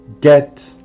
Get